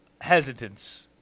hesitance